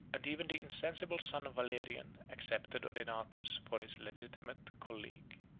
and even the insensible son of valerian accepted odenathus for his legitimate colleague.